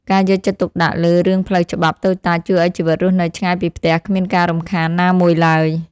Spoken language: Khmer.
ការយកចិត្តទុកដាក់លើរឿងផ្លូវច្បាប់តូចតាចជួយឱ្យជីវិតរស់នៅឆ្ងាយពីផ្ទះគ្មានការរំខានណាមួយឡើយ។